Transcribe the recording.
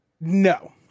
No